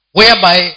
Whereby